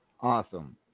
Awesome